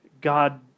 God